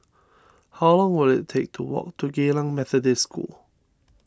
how long will it take to walk to Geylang Methodist School